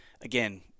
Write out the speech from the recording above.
again